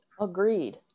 Agreed